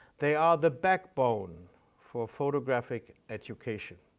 they are the backbone for photographic education.